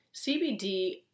CBD